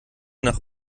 nach